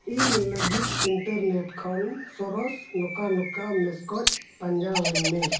ᱤᱧ ᱞᱟᱹᱜᱤᱫ ᱤᱱᱴᱟᱨᱱᱮᱴ ᱠᱷᱚᱱ ᱥᱚᱨᱚᱥ ᱱᱚᱝᱠᱟ ᱱᱚᱝᱠᱟ ᱢᱮᱥᱠᱚᱡ ᱯᱟᱸᱡᱟ ᱟᱹᱧ ᱢᱮ